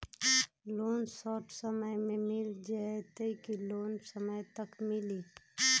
Loan short समय मे मिल जाएत कि लोन समय तक मिली?